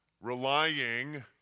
Relying